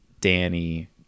Danny